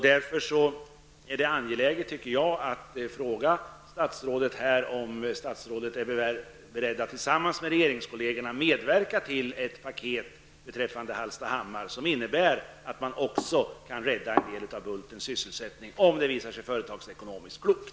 Jag vill därför fråga statsrådet om statsrådet är beredd att tillsammans med regeringskollegerna medverka till ett paket beträffande Hallstahammar, ett paket som skulle innebära att man också kunde rädda en del av Bultens sysselsättning under förutsättning att det visar sig företagsekonomiskt klokt.